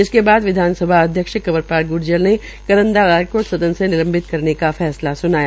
जिसके बाद विधानसभा अध्यक्ष कंवरपाल ग्र्जर ने करण दलाल को सदन से निलंबित करने का फैसला सुनाया